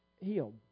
healed